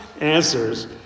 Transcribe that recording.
answers